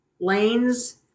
lanes